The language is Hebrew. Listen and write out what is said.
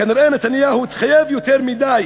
כנראה נתניהו התחייב יותר מדי